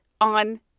on